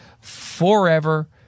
forever